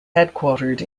headquartered